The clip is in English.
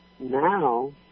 Now